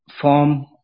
form